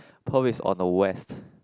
Perth is on the west